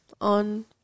on